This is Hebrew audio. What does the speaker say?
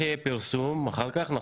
אנחנו חוקקנו את חוק החשמל כדי לחבר